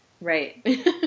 Right